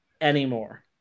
anymore